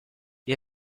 gli